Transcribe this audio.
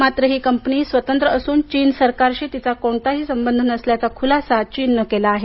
मात्र ही कंपनी स्वतंत्र असून चीन सरकारशी तिचा कोणताही संबंध नसल्याचा खुलासा चीननं केला आहे